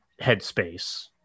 headspace